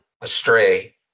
astray